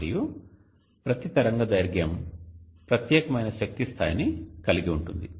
మరియు ప్రతి తరంగదైర్ఘ్యం ప్రత్యేకమైన శక్తి స్థాయిని కలిగి ఉంటుంది